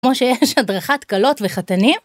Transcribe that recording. כמו שיש, הדרכת קלות וחתנים.